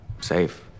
Safe